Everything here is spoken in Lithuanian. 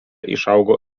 išaugo